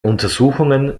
untersuchungen